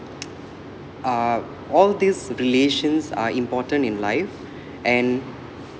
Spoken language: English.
uh all these relations are important in life and